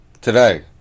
Today